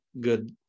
good